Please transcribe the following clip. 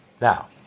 Now